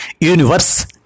universe